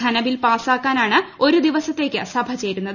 ധനബിൽ പാസാക്കാനാണ് ഒരു ദിവസത്തേക്ക് സഭ ചേരുന്നത്